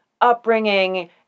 upbringing